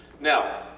now